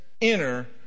inner